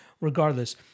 Regardless